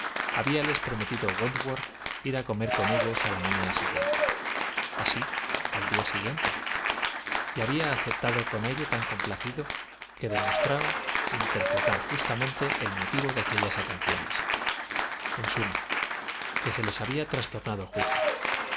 habíales prometido wentworth ir a comer con ellos a la mañana siguiente así al día siguiente y había aceptado con aire tan complacido que demostraba interpretar justamente el motivo de aquellas atenciones en suma que se había producido con tan exquisita jovialidad que les había trastornado el juicio